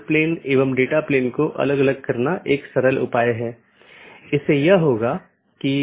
इसलिए इस पर प्रतिबंध हो सकता है कि प्रत्येक AS किस प्रकार का होना चाहिए जिसे आप ट्रैफ़िक को स्थानांतरित करने की अनुमति देते हैं